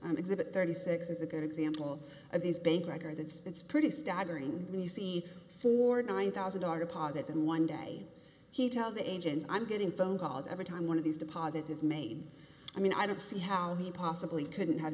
and exhibit thirty six as a good example of these bank records it's pretty staggering when you see or nine thousand our deposit in one day he tells the agent i'm getting phone calls every time one of these deposit is made i mean i don't see how he possibly couldn't have